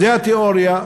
זו התיאוריה,